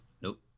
Nope